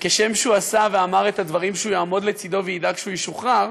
וכשם שהוא עשה ואמר את הדברים שהוא יעמוד לצדו וידאג שהוא ישוחרר,